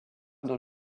dans